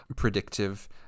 predictive